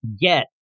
get